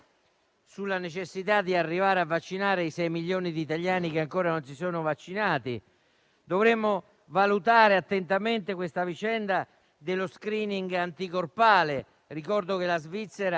sulla necessità di arrivare a vaccinare i sei milioni di italiani che ancora non si sono vaccinati. Dovremmo valutare attentamente la vicenda dello *screening* anticorpale. Ricordo che la Svizzera